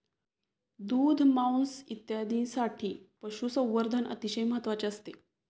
दूध, मांस इत्यादींसाठी पशुसंवर्धन अतिशय महत्त्वाचे असते